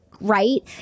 right